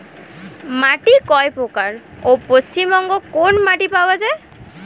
মাটি কয় প্রকার ও পশ্চিমবঙ্গ কোন মাটি পাওয়া য়ায়?